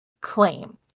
claim